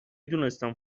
دونستم